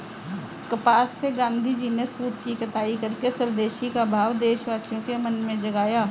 कपास से गाँधीजी ने सूत की कताई करके स्वदेशी का भाव देशवासियों के मन में जगाया